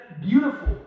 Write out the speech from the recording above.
beautiful